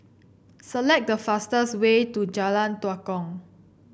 select the fastest way to Jalan Tua Kong